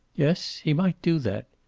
yes, he might do that.